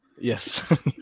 Yes